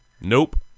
Nope